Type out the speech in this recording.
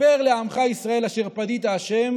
כפר לעמך ישראל אשר פדית ה'